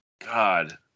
God